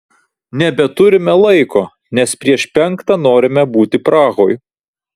nebeturime laiko nes prieš penktą norime būti prahoj